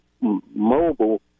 mobile